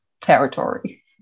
territory